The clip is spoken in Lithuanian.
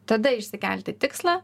tada išsikelti tikslą